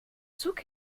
zug